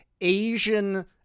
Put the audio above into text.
Asian